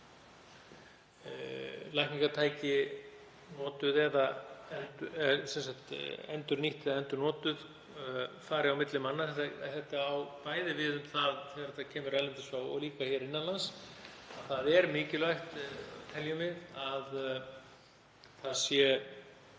lækningatæki, endurnýtt eða endurnotuð, fari á milli manna. Þetta á bæði við um það þegar þetta kemur að utan og líka hér innan lands, að það er mikilvægt, teljum við, að það séu